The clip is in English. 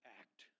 act